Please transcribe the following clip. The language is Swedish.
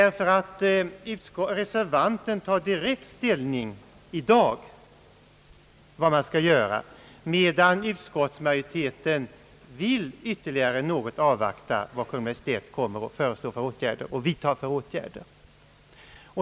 Reservanten tar direkt ställning i dag till vad man skall göra, medan utskottsmajoriteten ytterligare vill avvakta vad Kungl. Maj:t kommer att föreslå och vidta för åtgärder.